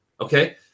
okay